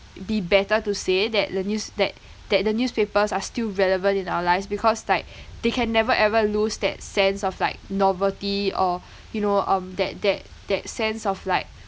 be better to say that the news~ that that the newspapers are still relevant in our lives because like they can never ever lose that sense of like novelty or you know of that that that sense of like